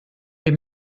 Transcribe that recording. wir